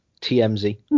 TMZ